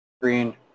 green